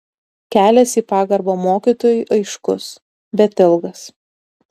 kelias į pagarbą mokytojui aiškus bet ilgas